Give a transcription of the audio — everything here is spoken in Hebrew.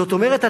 זאת אומרת,